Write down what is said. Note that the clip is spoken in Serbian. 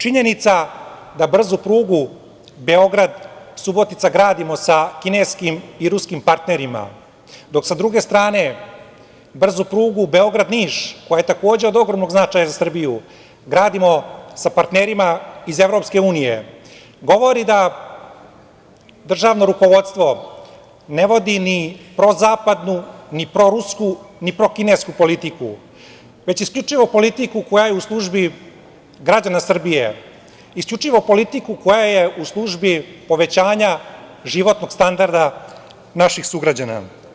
Činjenica da brzu prugu Beograd-Subotica gradimo sa kineskim i ruskim partnerima, dok sa druge strane brzu prugu Beograd-Niš, koja je takođe od ogromnog značaja za Srbiju, gradimo sa partnerima iz Evropske unije, govori da državno rukovodstvo ne vodi ni prozapadnu, ni prorusku, ni prokinesku politiku, već isključivo politiku koja je u službi građana Srbije, isključivo politiku koja je u službi povećanja životnog standarda naših sugrađana.